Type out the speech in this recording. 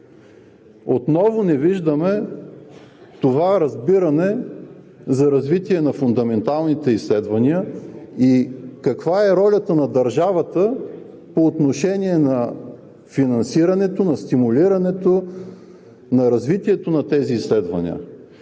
Отново не виждаме това разбиране за развитие на фундаменталните изследвания и каква е ролята на държавата по отношение на финансирането, на стимулирането, на развитието на тези изследвания.